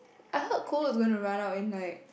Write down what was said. I heard coal is going to run out in like